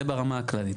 זה ברמה הכללית.